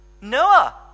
Noah